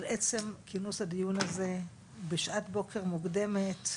על עצם כינוס הדיון הזה בשעת בוקר מוקדמת,